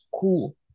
cool